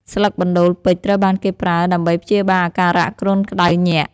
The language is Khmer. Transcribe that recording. ស្លឹកបណ្តូលពេជ្រត្រូវបានគេប្រើដើម្បីព្យាបាលអាការៈគ្រុនក្តៅញាក់។